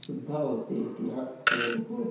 सुविधा होती है कि हम फ़ोन को